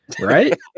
right